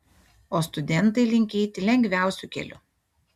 o studentai linkę eiti lengviausiu keliu